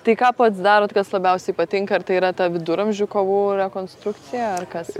tai ką pats darot kas labiausiai patinka ar tai yra ta viduramžių kovų rekonstrukcija ar kas